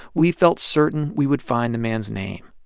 we felt certain we would find the man's name.